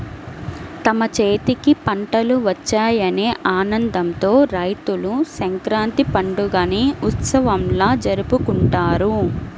తమ చేతికి పంటలు వచ్చాయనే ఆనందంతో రైతులు సంక్రాంతి పండుగని ఉత్సవంలా జరుపుకుంటారు